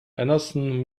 anderson